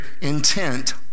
intent